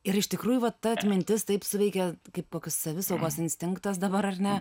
ir iš tikrųjų va ta atmintis taip suveikė kaip savisaugos instinktas dabar ar ne